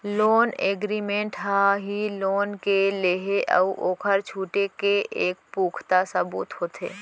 loan agreement ह ही loan के लेहे अउ ओखर छुटे के एक पुखता सबूत होथे